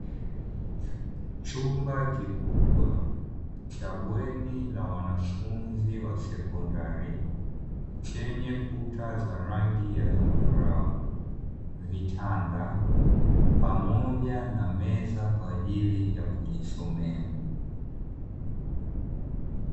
Chumba kikubwa cha bweni la wanafunzi wa sekondari chenye kuta za rangi ya zambarau, vitanda pamoja na meza kwa ajili ya kujisomea.